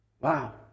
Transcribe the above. Wow